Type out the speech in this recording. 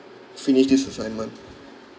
finish this assignment